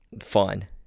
Fine